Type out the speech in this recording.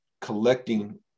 collecting